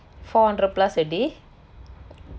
four hundred plus a day